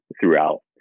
throughout